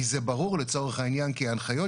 כי זה ברור לצורך העניין כי ההנחיות